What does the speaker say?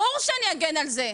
ברור שאני אגן על זה.